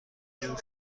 جور